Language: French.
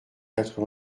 quatre